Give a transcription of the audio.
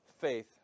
faith